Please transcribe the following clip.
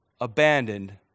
abandoned